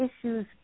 issues